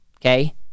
okay